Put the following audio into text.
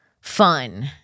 fun